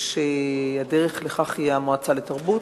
הדרך לכך היא המועצה לתרבות,